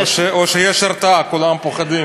או שיש הרתעה, כולם פוחדים?